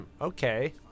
okay